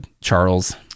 Charles